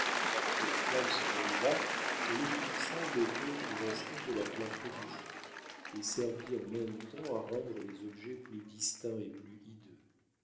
lorsque la flamme s'en éleva elle éclipsa le peu qui restait de la clarté du jour et servit en même temps à rendre les objets plus distincts et plus hideux